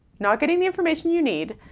not getting the information you need,